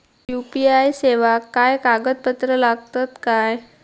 UPI सेवाक काय कागदपत्र लागतत काय?